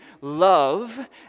love